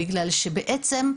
בגלל שבעצם,